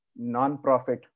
nonprofit